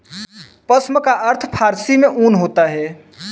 पश्म का अर्थ फारसी में ऊन होता है